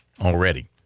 already